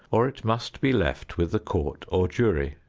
or it must be left with the court or jury.